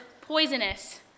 poisonous